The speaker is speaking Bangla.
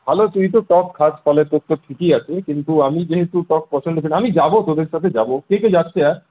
ভালো তুই তো টক খাস তাহলে তোর তো ঠিকই আছে কিন্তু আমি যেহেতু টক পছন্দ করি না আমি যাব তোদের সাথে যাব কে কে যাচ্ছে আর